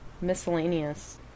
miscellaneous